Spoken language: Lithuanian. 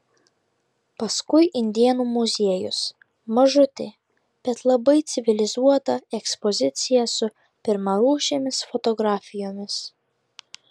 paskui indėnų muziejus mažutė bet labai civilizuota ekspozicija su pirmarūšėmis fotografijomis